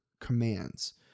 commands